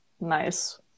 Nice